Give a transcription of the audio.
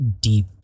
deep